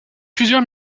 plusieurs